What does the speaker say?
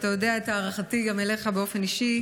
ואתה יודע את הערכתי אליך גם באופן אישי.